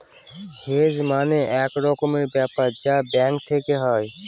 hedge মানে এক রকমের ব্যাপার যা ব্যাঙ্ক থেকে হয়